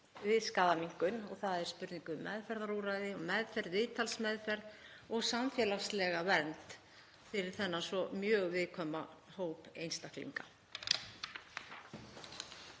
við skaðaminnkun og það er spurning um meðferðarúrræði, meðferð, viðtalsmeðferð og samfélagslega vernd fyrir þennan svo mjög viðkvæma hóp einstaklinga.